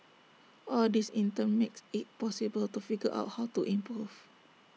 all this in turn makes IT possible to figure out how to improve